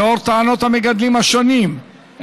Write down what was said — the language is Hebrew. לנוכח טענות המגדלים השונים,